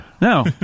No